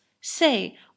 Say